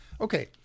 Okay